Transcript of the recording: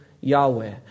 Yahweh